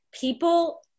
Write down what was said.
people